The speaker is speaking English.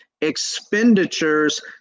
expenditures